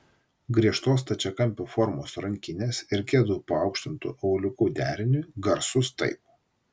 griežtos stačiakampio formos rankinės ir kedų paaukštintu auliuku deriniui garsus taip